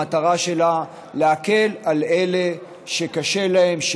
המטרה שלה להקל על אלה שקשה להם,